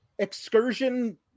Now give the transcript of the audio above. excursion